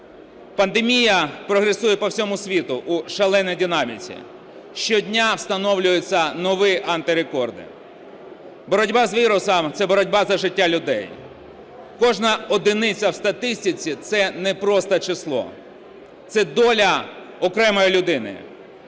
Пандемія прогресує по всьому світі у шаленій динаміці, щодня встановлюються нові антирекорди. Боротьба з вірусом – це боротьба за життя людей. Кожна одиниця в статистиці – це не просто число, це доля окремої людини.